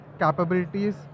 capabilities